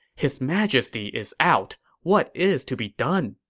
his majesty is out. what is to be done?